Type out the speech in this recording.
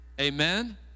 Amen